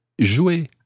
jouer